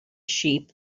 sheep